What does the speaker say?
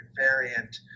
variant